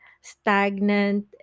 stagnant